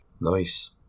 Nice